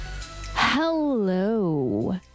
Hello